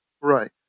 Right